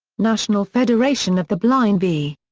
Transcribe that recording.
national federation of the blind v.